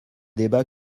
débats